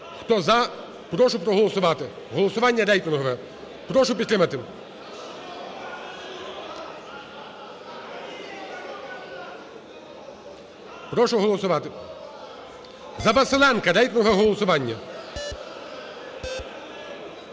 Хто - "за", прошу проголосувати. Голосування рейтингове. Прошу підтримати. Прошу голосувати. За Василенка рейтингове голосування.